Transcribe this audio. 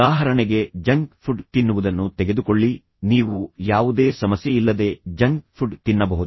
ಉದಾಹರಣೆಗೆ junk food ತಿನ್ನುವುದನ್ನು ತೆಗೆದುಕೊಳ್ಳಿ ನೀವು ಯಾವುದೇ ಸಮಸ್ಯೆಯಿಲ್ಲದೆ ಜಂಕ್ ಫುಡ್ ತಿನ್ನಬಹುದು